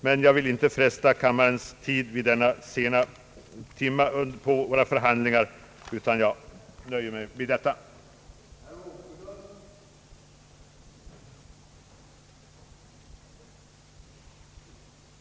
Men jag vill inte fresta tålamodet hos kammarens ledamöter vid denna sena tidpunkt av våra förhandlingar, utan jag nöjer mig med vad jag sagt. Jag yrkar bifall till den vid betänkandet nr 44 avgivna reservationen.